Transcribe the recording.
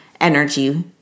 energy